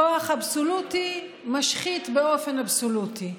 כוח אבסולוטי משחית באופן אבסולוטי,